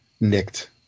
nicked